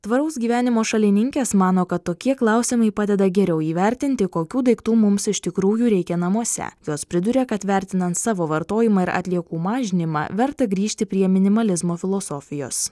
tvaraus gyvenimo šalininkės mano kad tokie klausimai padeda geriau įvertinti kokių daiktų mums iš tikrųjų reikia namuose jos priduria kad vertinant savo vartojimą ir atliekų mažinimą verta grįžti prie minimalizmo filosofijos